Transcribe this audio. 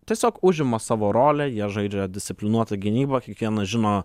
tiesiog užima savo rolę jie žaidžia disciplinuotą gynybą kiekvienas žino